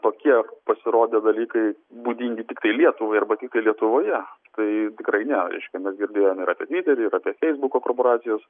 tokie pasirodė dalykai būdingi tiktai lietuvai arba tiktai lietuvoje tai tikrai ne reiškia mes girdėjom ir apie tviterį ir apie feisbuko korporacijas